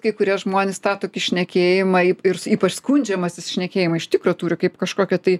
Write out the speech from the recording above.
kai kurie žmonės tą tokį šnekėjimą ir ypač skundžiamasi šnekėjimu iš tikro turi kaip kažkokio tai